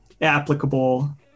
applicable